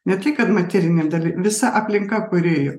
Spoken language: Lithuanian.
ne tai kad materinėm dalely visa aplinka kūrėjo